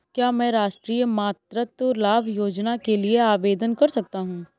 क्या मैं राष्ट्रीय मातृत्व लाभ योजना के लिए आवेदन कर सकता हूँ?